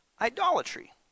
idolatry